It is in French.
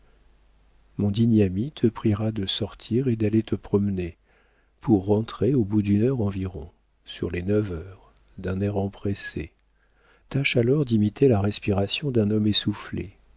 mon digne ami te priera de sortir et d'aller te promener pour rentrer au bout d'une heure environ sur les neuf heures d'un air empressé tâche alors d'imiter la respiration d'un homme essoufflé